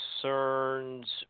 concerns